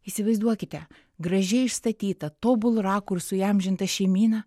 įsivaizduokite gražiai išstatyta tobulu rakursu įamžinta šeimyna